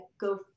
go